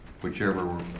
whichever